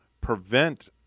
prevent